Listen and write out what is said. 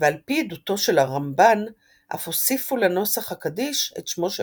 ועל פי עדותו של הרמב"ן אף הוסיפו לנוסח הקדיש את שמו של